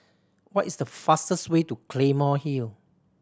what is the fastest way to Claymore Hill